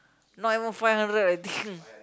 not even five hundred I think